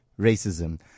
racism